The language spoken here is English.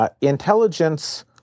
intelligence